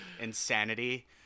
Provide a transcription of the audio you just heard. insanity